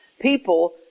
people